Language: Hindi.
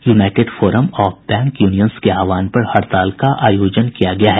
United forum of bank unions के आह्वान पर हड़ताल का आयोजन किया गया है